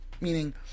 meaning